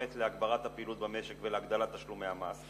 להגברת הפעילות במשק ולהגדלת תשלומי המס,